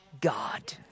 God